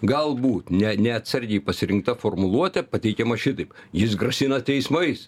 galbūt ne neatsargiai pasirinkta formuluotė pateikiama šitaip jis grasina teismais